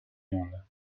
monde